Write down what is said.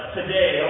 today